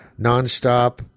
Nonstop